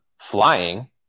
flying